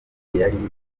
yari